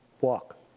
walk